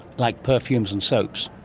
like perfumes and soaps.